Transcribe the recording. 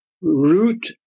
root